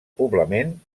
poblament